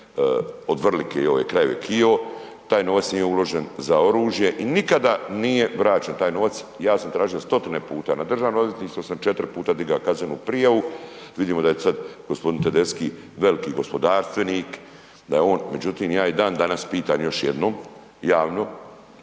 od Vrlike i ove krajeve Kijevo, taj novac nije uložen za oružje i nikada nije vraćen taj novac. Ja sam tražio stotine puta, na Državno odvjetništvo sam četiri puta digao kaznenu prijavu, vidimo da je sad gospodin Tedeschi veliki gospodarstvenik, da je on, međutim, ja i dan danas pitam još jednom, javno,